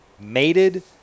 mated